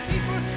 People